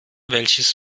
welches